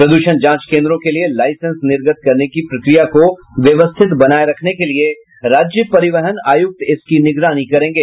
प्रदूषण जांच केन्द्रों के लिए लाईसेंस निर्गत करने की प्रक्रिया को व्यवस्थित बनाये रखने के लिए राज्य परिवहन आयुक्त इसकी निगरानी करेंगे